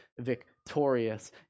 victorious